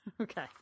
okay